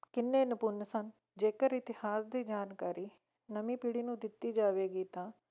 ਕਿੰਨੇ ਨਿਪੁੰਨ ਸਨ ਜੇਕਰ ਇਤਿਹਾਸ ਦੀ ਜਾਣਕਾਰੀ ਨਵੀਂ ਪੀੜ੍ਹੀ ਨੂੰ ਦਿੱਤੀ ਜਾਵੇਗੀ ਤਾਂ